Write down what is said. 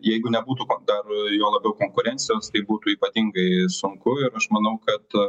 jeigu nebūtų bakdar juo labiau konkurencijos tai būtų ypatingai sunku ir aš manau kad